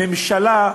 הממשלה,